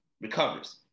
recovers